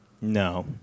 No